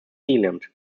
zealand